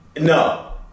No